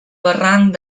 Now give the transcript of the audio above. barranc